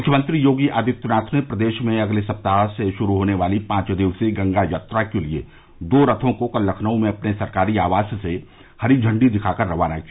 मुख्यमंत्री योगी आदित्यानाथ ने प्रदेश में अगले सप्ताह से शुरू होने वाली पांच दिवसीय गंगा यात्रा के लिए दो रथों को कल लखनऊ में अपने सरकारी आवास से हरी झण्डी दिखाकर रवाना किया